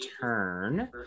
turn